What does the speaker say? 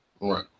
Right